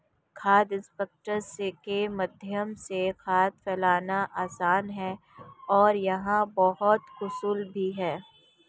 खाद स्प्रेडर के माध्यम से खाद फैलाना आसान है और यह बहुत कुशल भी है